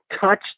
touch